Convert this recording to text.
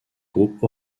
groupe